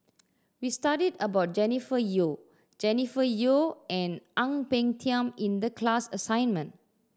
we studied about Jennifer Yeo Jennifer Yeo and Ang Peng Tiam in the class assignment